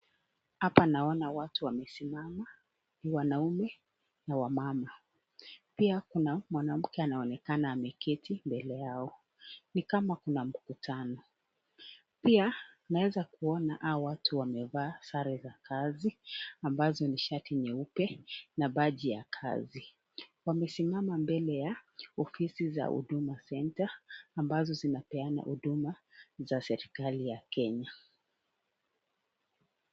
Hapa naona watu wamesimama , wanaume na wamama. Pia kuna mwanamke anaonekana ameketi mbele yao. Ni kama kuna mkutano . Pia naweza kuona hawa watu wamevaa sare za kazi ambazo ni shati nyeupe na baji ya kazi. Wamesimama mbele ya ofisi za huduma center ambazo zinapeana huduma za serikali ya Kenya.